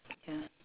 ya